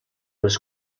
les